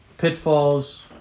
pitfalls